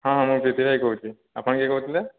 ହଁ ମୁଁ ବିକି ଭାଇ କହୁଛି ଆପଣ କିଏ କହୁଥିଲେ